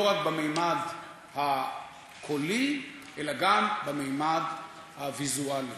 לא רק בממד הקולי, אלא גם בממד הוויזואלי.